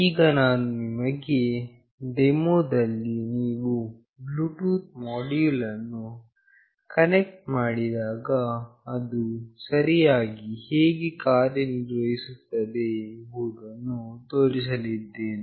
ಈಗ ನಾನು ನಿಮಗೆ ಡೆಮೋದಲ್ಲಿ ನೀವು ಬ್ಲೂಟೂತ್ ಮೋಡ್ಯುಲ್ ಅನ್ನು ಕನೆಕ್ಟ್ ಮಾಡಿದಾಗ ಅದು ಸರಿಯಾಗಿ ಹೇಗೆ ಕಾರ್ಯ ನಿರ್ವಹಿಸುತ್ತದೆ ಎಂಬುದನ್ನು ತೋರಿಸಲಿದ್ದೇನೆ